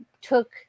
took